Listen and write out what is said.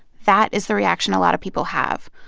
that is the reaction a lot of people have.